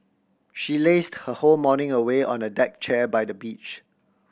she lazed her whole morning away on a deck chair by the beach